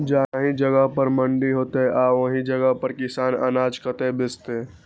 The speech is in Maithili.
जाहि जगह पर मंडी हैते आ ओहि जगह के किसान अनाज कतय बेचते?